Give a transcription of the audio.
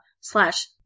slash